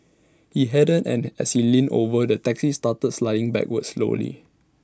he hadn't and as he leaned over the taxi started sliding backwards slowly